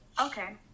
Okay